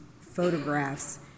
photographs